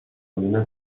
نیم